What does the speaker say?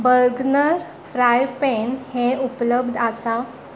Bergner fry pan हें उपलब्ध आसा